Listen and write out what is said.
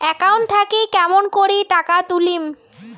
Account থাকি কেমন করি টাকা তুলিম?